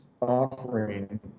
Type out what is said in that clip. offering